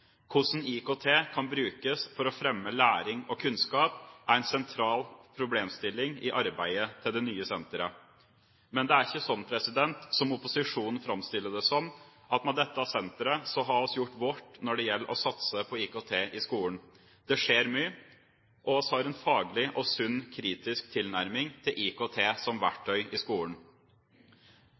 Hvordan IKT kan brukes for å fremme læring og kunnskap er en sentral problemstilling i arbeidet til det nye senteret. Men det er ikke sånn som opposisjonen framstiller det som, at med dette senteret har vi gjort vårt når det gjelder å satse på IKT i skolen. Det skjer mye, og vi har en faglig og sunn kritisk tilnærming til IKT som verktøy i skolen.